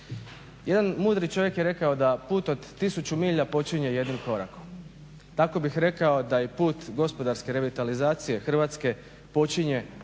Jedan mudri čovjek je rekao da put od 1000 milja počinje jednim korakom. Tako bih rekao taj put gospodarske revitalizacije Hrvatske počinje evo i ovakvim